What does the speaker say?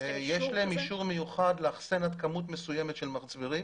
יש להם אישור מיוחד לאחסן עד כמות מסוימת של מצברים.